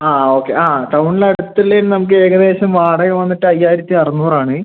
ആ ആ ഓക്കെ ആ ആ ടൗണിനടുത്തുള്ളതിനു നമുക്ക് ഏകദേശം വാടക വന്നിട്ട് അയ്യായിരത്തി അറുന്നൂറ് ആണ്